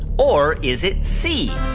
or is it c,